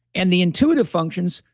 and the intuitive functions,